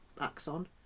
axon